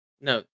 No